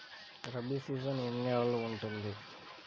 Rabi season ఎన్ని నెలలు ఉంటుంది?